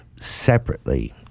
separately